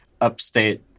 upstate